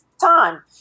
time